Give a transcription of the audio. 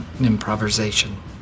improvisation